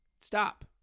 Stop